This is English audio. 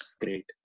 great